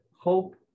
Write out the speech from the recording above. hope